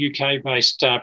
UK-based